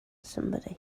somebody